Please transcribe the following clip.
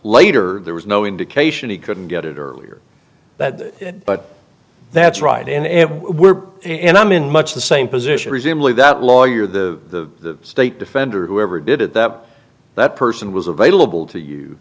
later there was no indication he couldn't get it earlier that but that's right and we're and i'm in much the same position reasonably that lawyer the state defender whoever did it that that person was available to you